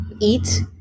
eat